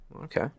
Okay